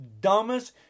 dumbest